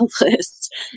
list